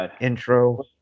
Intro